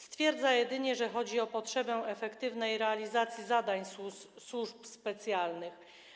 Stwierdza się jedynie, że chodzi o potrzebę efektywnej realizacji zadań służb specjalnych.